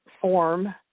form